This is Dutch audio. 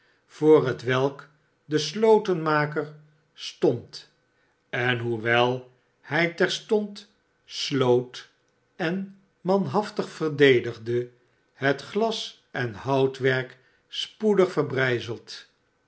voor hetwelk de slotenmaker stond en hoewel hij terstond sloot en manhaftig verdedigde het glas en houtwerk spoedig verbrijzeld